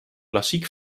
klassiek